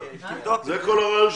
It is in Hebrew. את הסכום של עוד 2,000 יחידות דיור של